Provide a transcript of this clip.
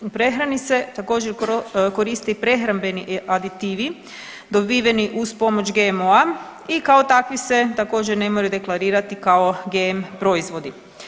U prehrani se također koriste i prehrambeni aditivi dobiveni uz pomoć GMO-a i kao takvi se također ne moraju deklarirati kao GM proizvodi.